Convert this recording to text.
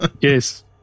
Yes